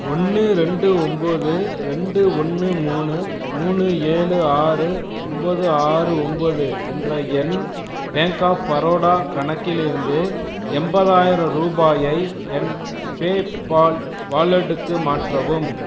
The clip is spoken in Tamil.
ஒன்று இரண்டு ஒன்பது இரண்டு ஒன்று மூணு மூணு ஏழு ஆறு ஒம்போது ஆறு ஒம்போது என்ற என் பேங்க் ஆஃப் பரோடா கணக்கிலிருந்து எண்பதாயிரம் ரூபாயை என் பேபால் வாலெட்டுக்கு மாற்றவும்